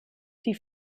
die